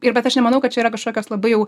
ir bet aš nemanau kad čia yra kažkokios labai jau